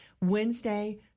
Wednesday